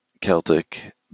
Celtic